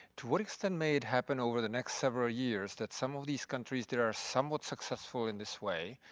to what extent may it happen over the next several years that some of these countries, they are somewhat successful and this way,